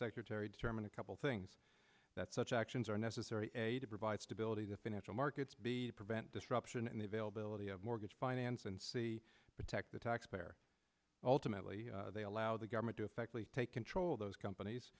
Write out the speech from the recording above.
secretary determine a couple things that such actions are necessary to provide stability to financial markets be to prevent disruption and the availability of mortgage finance and see protect the taxpayer ultimately they allow the government to effectively take control of those companies